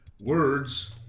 Words